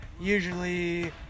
usually